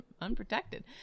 Unprotected